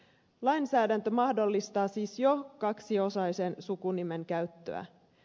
lainsäädäntö mahdollistaa siis jo kaksiosaisen sukunimen käytön